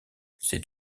c’est